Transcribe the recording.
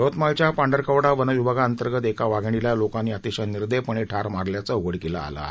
यवतमाळच्या पांढरकवडा वनविभागाअंतर्गत एका वाधिणीला लोकांनी अतिशय निर्दयपणे ठार मारल्याचं उघडकीला आलं आहे